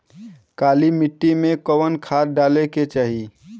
काली मिट्टी में कवन खाद डाले के चाही?